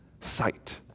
sight